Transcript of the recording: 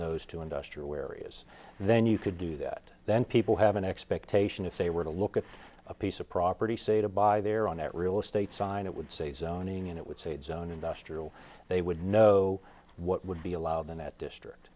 those to industrial areas then you could do that then people have an expectation if they were to look at a piece of property say to buy their own at real estate sign it would say zoning and it would save zone industrial they would know what would be allowed in that district